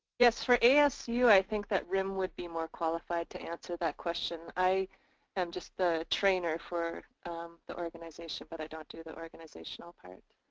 yes. for asu i think that rim would be more qualified to answer that question. i am just the trainer for the organization but don't do the organizational part.